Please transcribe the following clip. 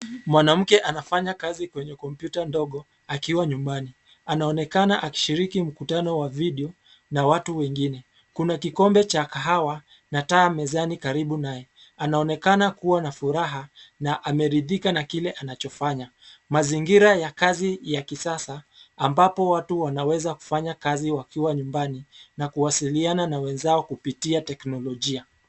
Mwanamke anafanya kazi kwenye kompyuta ndogo akiwa nyumbani. Anaonekana akishiriki mkutano wa video na watu wengine. Kuna kikombe cha kahawa na taa mezani karibu naye. Anaonekana kuwa na furaha na ameridhika na kile anachofanya. Mazingira ya kazi ya kisasa ambapo watu wanaweza kufanya kazi wakiwa nyumbani na kuwasiliana na wenzao kupitia teknolojia.